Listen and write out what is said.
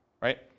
right